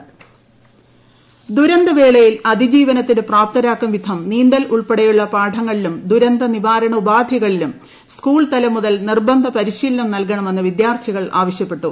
green Congress ദുരന്തവേളയിൽ അതിജീവനത്തിന് പ്രാപ്തരാക്കും വിധം നീന്തൽ ഉൾപ്പെടെയുള്ള പാഠങ്ങളിലും ദുരന്തനിവാരണ ഉപാധികളിലും സ്കൂൾതലം മുതൽ നിർബന്ധപരിശീലനം നൽകണമെന്ന് വിദ്യാർഥികൾ ആവശ്യപ്പെട്ടു